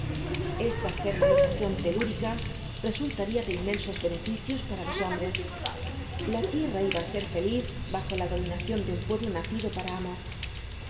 esta germanización telúrica resultaría de inmensos beneficios para los hombres la tierra iba á ser feliz bajo la dominación de un pueblo nacido para amo